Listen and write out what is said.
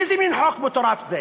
איזה מין חוק מטורף זה?